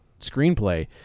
screenplay